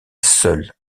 seule